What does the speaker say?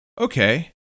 okay